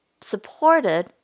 supported